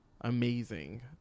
amazing